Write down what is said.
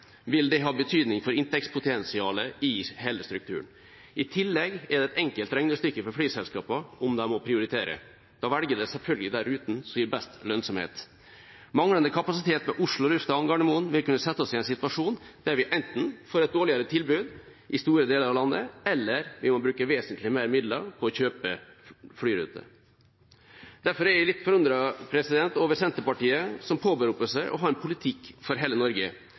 vil det ha betydning for inntektspotensialet i hele strukturen. I tillegg er det et enkelt regnestykke for flyselskapene om de må prioritere. Da velger de selvfølgelig de rutene som gir best lønnsomhet. Manglende kapasitet ved Oslo lufthavn Gardermoen vil kunne sette oss i en situasjon der vi enten får et dårligere tilbud i store deler av landet, eller vi må bruke vesentlig mer midler på å kjøpe flyruter. Derfor er jeg litt forundret over Senterpartiet som påberoper seg å ha en politikk for hele Norge,